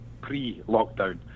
pre-lockdown